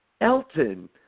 Elton